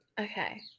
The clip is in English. okay